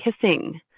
kissing